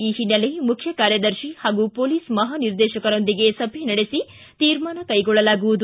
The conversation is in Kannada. ಈ ಓನ್ನೆಲೆ ಮುಖ್ಯ ಕಾರ್ಯದರ್ಶಿ ಪಾಗೂ ಮೊಲೀಸ್ ಮಹಾನಿರ್ದೇಶಕರೊಂದಿಗೆ ಸಭೆ ನಡೆಸಿ ತೀರ್ಮಾನ ಕೈಗೊಳ್ಳಲಾಗುವುದು